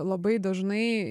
labai dažnai